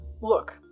Look